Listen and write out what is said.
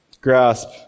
grasp